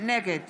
נגד